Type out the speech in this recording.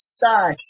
die